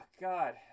God